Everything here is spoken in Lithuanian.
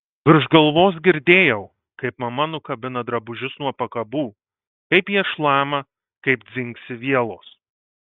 virš galvos girdėjau kaip mama nukabina drabužius nuo pakabų kaip jie šlama kaip dzingsi vielos